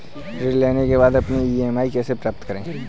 ऋण लेने के बाद अपनी ई.एम.आई कैसे पता करें?